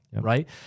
right